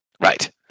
Right